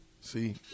See